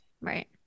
right